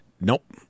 Nope